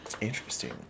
Interesting